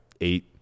Eight